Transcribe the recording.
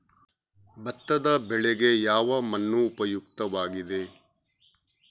ಭತ್ತದ ಬೆಳೆಗೆ ಯಾವ ಮಣ್ಣು ಉಪಯುಕ್ತವಾಗಿದೆ?